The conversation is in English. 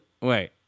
Wait